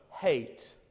hate